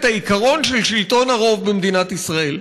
העיקרון של שלטון הרוב במדינת ישראל.